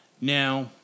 now